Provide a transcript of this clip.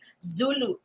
Zulu